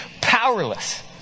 powerless